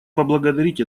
поблагодарить